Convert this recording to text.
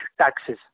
taxes